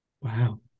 Wow